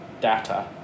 Data